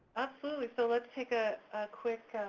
absolutely, so let's take a quick